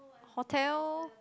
Hotel